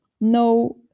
no